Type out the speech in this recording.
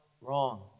wrong